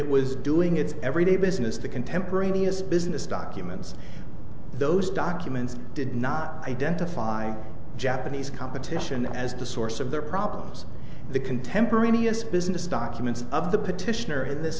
it was doing its everyday business the contemporaneous business documents those documents did not identify japanese competition as the source of their problems the contemporaneous business documents of the petitioner in this